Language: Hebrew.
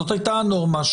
זאת הייתה הנורמה,